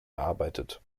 erarbeitet